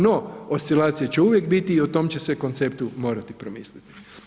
No oscilacije će uvijek biti i o tom će se konceptu morati promisliti.